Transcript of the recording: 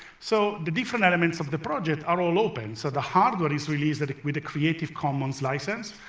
so the different elements of the project are all open, so the hardware is released with a creative commons license.